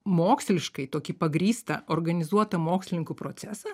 moksliškai tokį pagrįstą organizuotą mokslininkų procesą